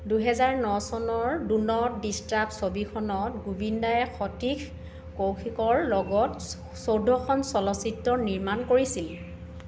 দুহেজাৰ ন চনৰ দো নট ডিষ্টাৰ্ব ছবিখনত গোবিন্দাই সতীশ কৌশিকৰ লগত চৈধ্যখন চলচ্চিত্ৰ নিৰ্মাণ কৰিছিল